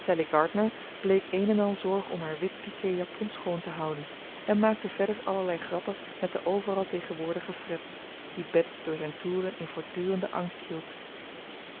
bleek een en al zorg om haar wit piqué japon schoon te houden en maakte verder allerlei grappen met den overal tegenwoordigen fred die bets door zijn toeren in voortdurenden angst hield